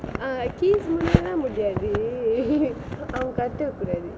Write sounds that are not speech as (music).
ah kees முனை எல்லா முடியாது அவன் கத்துக்க கூடாது:munai ellaa mudiyathu avan kathukka koodathu (laughs)